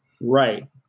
Right